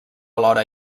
alhora